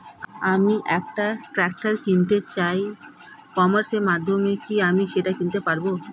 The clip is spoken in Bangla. আমি একটা ট্রাক্টর কিনতে চাই ই কমার্সের মাধ্যমে কি আমি সেটা কিনতে পারব?